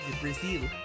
Brazil